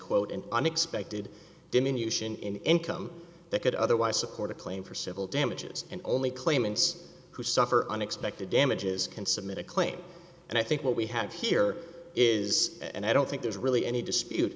quote an unexpected diminution in income that could otherwise support a claim for civil damages and only claimants who suffer unexpected damages can submit a claim and i think what we have here is and i don't think there's really any dispute